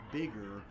bigger